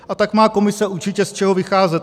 A tak má Komise určitě z čeho vycházet.